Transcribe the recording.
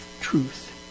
truth